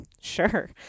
Sure